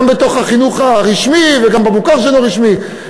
גם בתוך החינוך הרשמי וגם במוכר שאינו רשמי,